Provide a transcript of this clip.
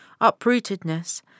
uprootedness